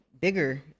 bigger